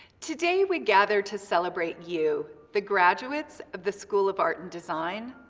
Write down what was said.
today we gather to celebrate you, the graduates of the school of art and design,